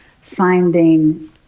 finding